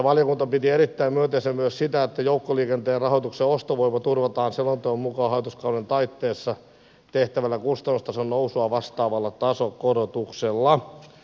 valiokunta piti erittäin myönteisenä myös sitä että joukkoliikenteen rahoituksessa ostovoima turvataan selonteon mukaan hallituskauden taitteessa tehtävällä kustannustason nousua vastaavalla tasokorotuksella